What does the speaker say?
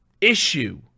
issue